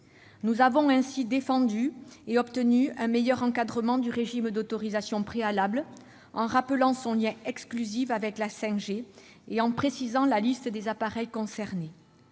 Nous avons ainsi défendu et obtenu un meilleur encadrement du régime d'autorisation préalable, en rappelant son lien exclusif avec la 5G et en précisant la liste des appareils concernés.